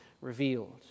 revealed